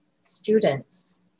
Students